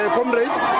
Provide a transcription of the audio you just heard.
comrades